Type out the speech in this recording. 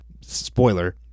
spoiler